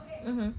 mmhmm